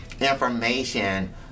information